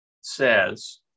says